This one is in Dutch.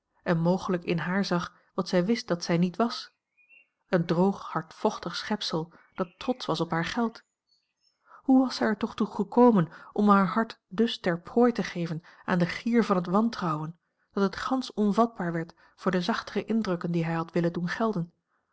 en mogelijk in haar zag wat zij wist dat zij niet was een droog hardvochtig schepsel dat trotsch was op haar geld hoe was zij er toch toe a l g bosboom-toussaint langs een omweg gekomen om haar hart dus ter prooi te geven aan den gier van het wantrouwen dat het gansch onvatbaar werd voor de zachtere indrukken die hij had willen doen gelden